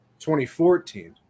2014